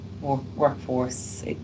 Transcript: workforce